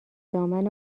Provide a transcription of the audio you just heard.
دامن